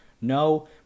No